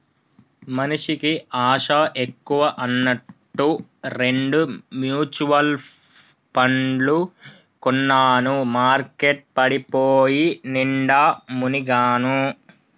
మనిషికి ఆశ ఎక్కువ అన్నట్టు రెండు మ్యుచువల్ పండ్లు కొన్నాను మార్కెట్ పడిపోయి నిండా మునిగాను